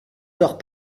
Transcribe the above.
sort